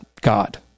God